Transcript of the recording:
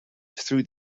through